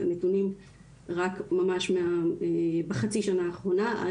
את הנתונים רק ממש בחצי השנה האחרונה.